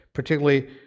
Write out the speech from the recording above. particularly